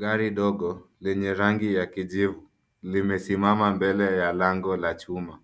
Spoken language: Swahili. Gari ndogo lenye rangi ya kijivu, limesimama mbele ya lango la chuma.